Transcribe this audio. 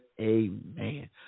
amen